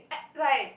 like